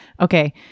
Okay